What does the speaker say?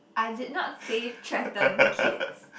I did not say threaten kids